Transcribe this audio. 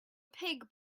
pig